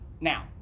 now